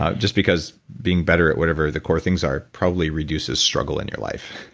ah just because being better at whatever the core things are probably reduces struggle in your life.